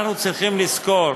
אנחנו צריכים לזכור: